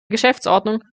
geschäftsordnung